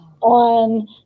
on